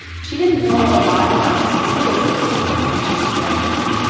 she didn't know a lot about the specifics of his work when she was growing up,